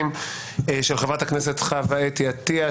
של חברת הכנסת חוה אתי עטיה,